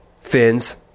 fins